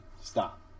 Stop